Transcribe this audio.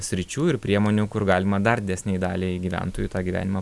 sričių ir priemonių kur galima dar didesnei daliai gyventojų tą gyvenimą